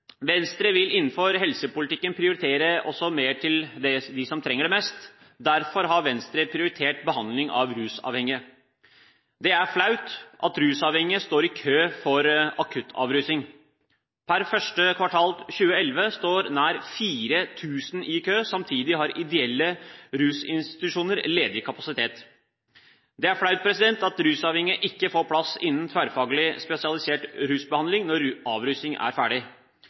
Venstre vil innenfor helsepolitikken også prioritere mer til dem som trenger det mest. Derfor har Venstre prioritert behandling av rusavhengige. Det er flaut at rusavhengige står i kø for akuttavrusning. Per første kvartal 2011 står nær 4 000 i kø. Samtidig har ideelle rusinstitusjoner ledig kapasitet. Det er flaut at rusavhengige ikke får plass innen tverrfaglig spesialisert rusbehandling når avrusning er ferdig,